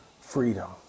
freedom